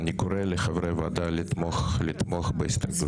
אני קורא לחברי הוועדה לתמוך בהסתייגות.